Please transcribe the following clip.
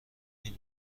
این